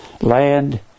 land